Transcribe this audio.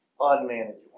unmanageable